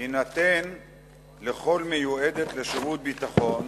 יינתן לכל מיועדת לשירות ביטחון